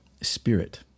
Spirit